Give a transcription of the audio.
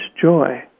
joy